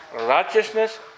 righteousness